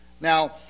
Now